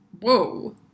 whoa